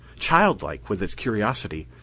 childlike with its curiosity,